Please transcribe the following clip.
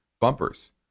Bumpers